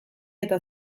eta